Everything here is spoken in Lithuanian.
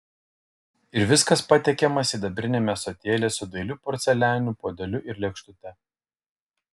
ir viskas patiekiama sidabriniame ąsotėlyje su dailiu porcelianiniu puodeliu ir lėkštute